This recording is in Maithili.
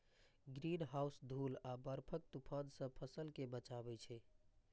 ग्रीनहाउस धूल आ बर्फक तूफान सं फसल कें बचबै छै